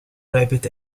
rabbit